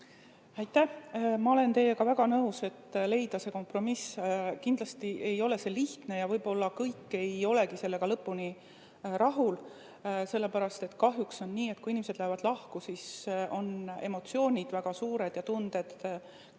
Ma olen teiega väga nõus, et leida see kompromiss. Kindlasti ei ole see lihtne ja võib-olla kõik ei olegi sellega lõpuni rahul, sellepärast et kahjuks on nii, et kui inimesed lähevad lahku, siis on emotsioonid väga suured ja tunded